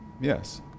Yes